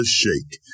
shake